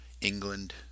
England